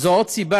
זו עוד סיבה